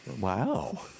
Wow